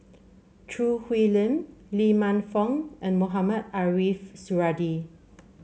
Choo Hwee Lim Lee Man Fong and Mohamed Ariff Suradi